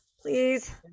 please